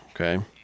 okay